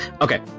okay